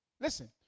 Listen